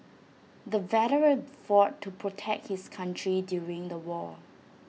the veteran fought to protect his country during the war